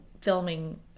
filming